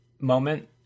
moment